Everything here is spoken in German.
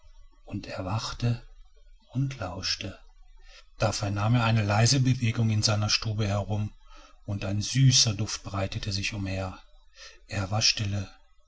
und erwachte und lauschte da vernahm er eine leise bewegung in seiner stube herum und ein süßer duft breitete sich umher er war stille